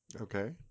Okay